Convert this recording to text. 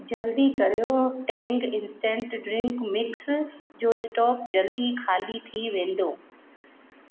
जल्दी कयो Tang instant drink mix जो स्टॉक जल्दी ख़ाली थी वेंदो